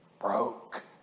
broke